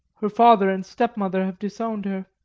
her father and stepmother have disowned her.